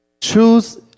Choose